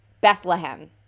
Bethlehem